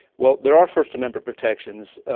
well, there are first amendment protections.